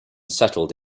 settled